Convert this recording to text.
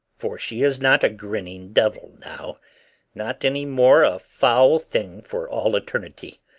for she is not a grinning devil now not any more a foul thing for all eternity.